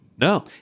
No